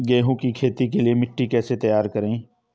गेहूँ की खेती के लिए मिट्टी कैसे तैयार करें?